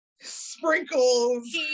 Sprinkles